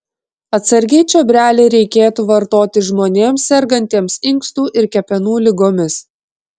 atsargiai čiobrelį reikėtų vartoti žmonėms sergantiems inkstų ir kepenų ligomis